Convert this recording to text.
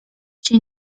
się